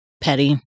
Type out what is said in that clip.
petty